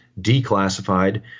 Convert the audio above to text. declassified